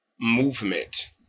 movement